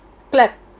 clap